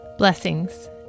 Blessings